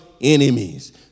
enemies